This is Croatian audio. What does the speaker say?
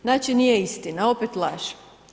Znači, nije istina, opet laže.